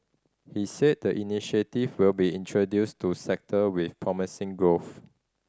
he said the initiative will be introduced to sector with promising growth